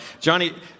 johnny